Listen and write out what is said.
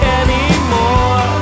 anymore